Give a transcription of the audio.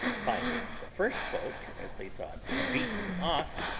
finding the first boat, as they thought, beaten off,